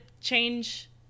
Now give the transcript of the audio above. change